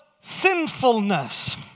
sinfulness